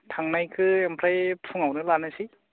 थांनायखौ ओमफ्राय फुङावनो लानोसै